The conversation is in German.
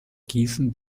gießen